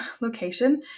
location